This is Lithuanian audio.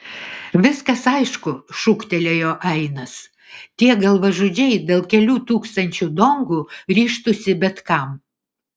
viskas aišku šūktelėjo ainas tie galvažudžiai dėl kelių tūkstančių dongų ryžtųsi bet kam